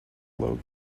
logo